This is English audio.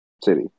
City